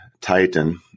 Titan